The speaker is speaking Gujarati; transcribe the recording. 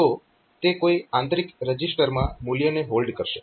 તો તે કોઈ આંતરિક રજીસ્ટરમાં મૂલ્યને હોલ્ડ કરશે